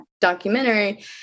documentary